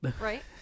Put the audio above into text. right